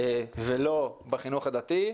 ולא בחינוך הדתי.